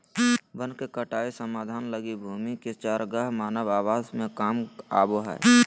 वन के कटाई समाधान लगी भूमि के चरागाह मानव आवास में काम आबो हइ